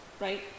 right